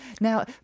Now